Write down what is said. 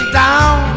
down